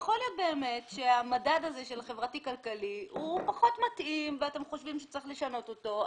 אם המדד חברתי-כלכלי הזה פחות מתאים ואתם חושבים שצריך לשנות אותו,